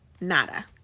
Nada